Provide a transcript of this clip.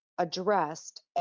Addressed